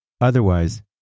Otherwise